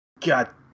God